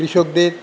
কৃষকদের